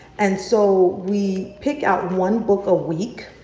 and so we pick out one book a week,